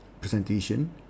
presentation